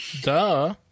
Duh